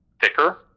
thicker